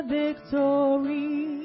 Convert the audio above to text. victory